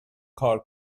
کار